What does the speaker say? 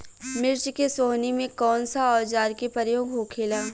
मिर्च के सोहनी में कौन सा औजार के प्रयोग होखेला?